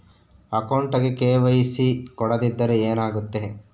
ಅಕೌಂಟಗೆ ಕೆ.ವೈ.ಸಿ ಕೊಡದಿದ್ದರೆ ಏನಾಗುತ್ತೆ?